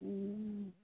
हूँ